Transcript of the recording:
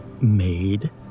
made